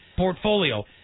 portfolio